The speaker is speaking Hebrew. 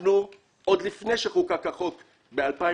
שעוד לפני שחוקק החוק ב-2006,